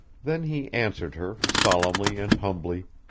then he answered her, solemnly and humbly.